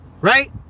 right